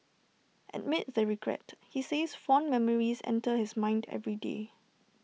amid the regret he says fond memories enter his mind every day